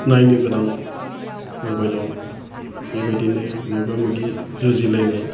नायनो गोनां मबाइलाव बेबायदिनो मोगा मोगि जुजि लायनाय